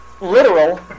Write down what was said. literal